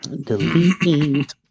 Delete